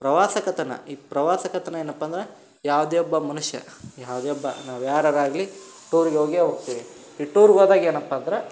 ಪ್ರವಾಸ ಕಥನ ಈ ಪ್ರವಾಸ ಕಥನ ಏನಪ್ಪ ಅಂದ್ರೆ ಯಾವುದೇ ಒಬ್ಬ ಮನುಷ್ಯ ಯಾವುದೇ ಒಬ್ಬ ನಾವು ಯರಾರ ಆಗಲಿ ಟೂರಿಗೆ ಹೋಗೆ ಹೋಗ್ತಿವಿ ಈ ಟೂರಿಗೋದಾಗ ಏನಪ್ಪ ಅಂದ್ರೆ